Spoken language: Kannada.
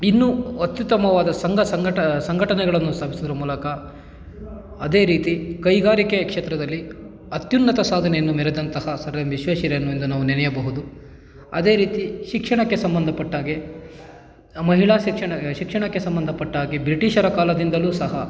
ಇನ್ನು ಅತ್ಯುತ್ತಮವಾದ ಸಂಘ ಸಂಘಟನೆಗಳನ್ನು ಸ್ಥಾಪಿಸುವುದರ ಮೂಲಕ ಅದೆ ರೀತಿ ಕೈಗಾರಿಕೆ ಕ್ಷೇತ್ರದಲ್ಲಿ ಅತ್ಯುನ್ನತ ಸಾಧನೆಯನ್ನು ಮೆರೆದಂತಹ ಸರ್ ಎಂ ವಿಶ್ವೇಶ್ವರಯ್ಯನವರನ್ನು ನಾವು ನೆನೆಯಬಹುದು ಅದೇ ರೀತಿ ಶಿಕ್ಷಣಕ್ಕೆ ಸಂಬಂಧಪಟ್ಟಾಗೆ ಮಹಿಳಾ ಶಿಕ್ಷಣಕ್ಕೆ ಸಂಬಂಧಪಟ್ಟಾಗೆ ಬ್ರಿಟಿಷರ ಕಾಲದಿಂದಲೂ ಸಹ